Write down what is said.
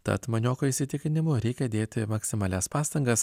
tad manioko įsitikinimu reikia dėti maksimalias pastangas